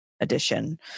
edition